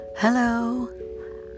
Hello